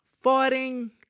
fighting